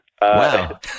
Wow